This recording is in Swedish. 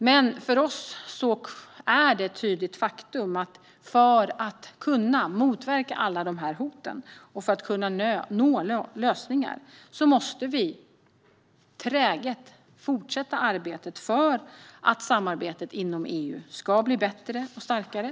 Men för oss är det ett tydligt faktum: För att kunna motverka alla de här hoten och nå lösningar måste vi träget fortsätta att arbeta för att samarbetet inom EU ska bli bättre och starkare.